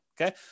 Okay